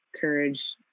courage